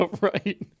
Right